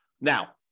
Now